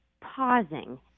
pausing